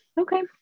Okay